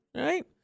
Right